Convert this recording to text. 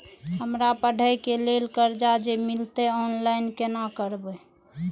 हमरा पढ़े के लेल कर्जा जे मिलते ऑनलाइन केना करबे?